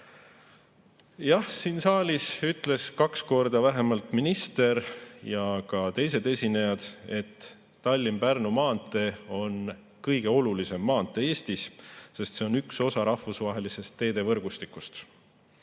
Jah, siin saalis ütles vähemalt kaks korda minister ja ütlesid ka teised esinejad, et Tallinna–Pärnu maantee on kõige olulisem maantee Eestis, sest see on üks osa rahvusvahelisest teevõrgustikust.